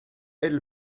elle